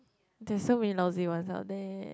there's so many lousy ones out there